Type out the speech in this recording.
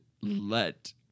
let